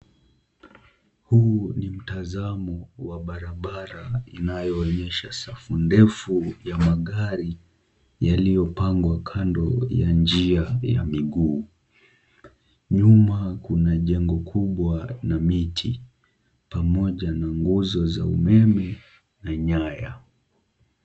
Huu ni mtazamo wa barabara inayoonyesha safu ndefu ya magari yaliyopangwa kando ya njia ya miguu. Nyuma kuna jengo kubwa na miti ,pamoja na nguzo za umeme na nyaya.